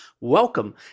welcome